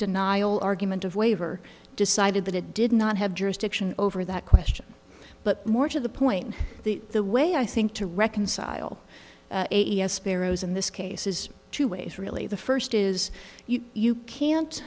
denial argument of waiver decided that it did not have jurisdiction over that question but more to the point the way i think to reconcile sparrow's in this case is two ways really the first is you can't